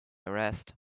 arrest